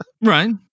Right